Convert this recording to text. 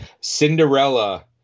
Cinderella